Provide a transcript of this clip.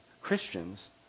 Christians